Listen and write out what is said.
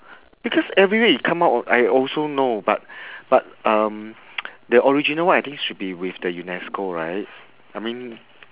because everywhere it come out I also know but but um the original one I think should be with the UNESCO right I mean